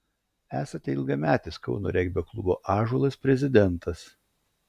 esate ilgametis kauno regbio klubo ąžuolas prezidentas